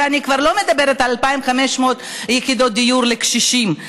ואני כבר לא מדברת על 2,500 יחידות דיור לקשישים.